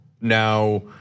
now